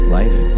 life